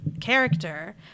character